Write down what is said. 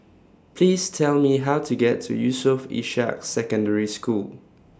Please Tell Me How to get to Yusof Ishak Secondary School